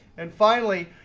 and finally,